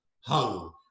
hung